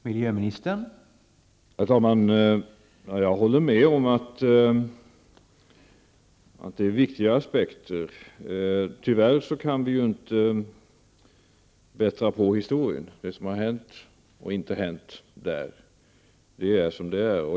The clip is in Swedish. Herr talman! Jag håller med om att detta är viktiga aspekter. Tyvärr kan vi inte bättra på historien; det som har hänt och det som inte har hänt i historien är som det är.